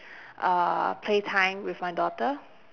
uh play time with my daughter